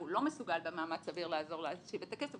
והוא לא מסוגל במאמץ סביר לעזור להשיב את הכסף,